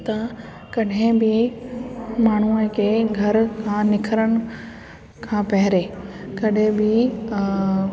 त कॾहिं बि माण्हूअ खे घर मां निकिरण खां पहिरीं कॾहिं बि